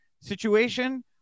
situation